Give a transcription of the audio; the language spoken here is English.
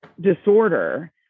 disorder